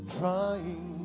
trying